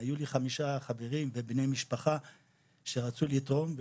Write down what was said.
היו לי חמישה חברים ובני משפחה שרצו לתרום,